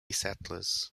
settlers